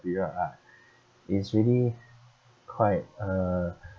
period ah it's really quite uh